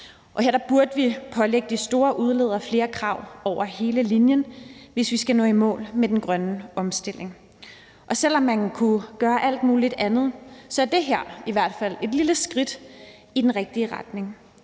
her burde vi pålægge de store udledere flere krav over hele linjen, hvis vi skal nå i mål med den grønne omstilling. Selv om man kunne gøre alt mulig andet, er det her i hvert fald et lille skridt i den rigtige retning.